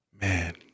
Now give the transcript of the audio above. man